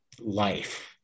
life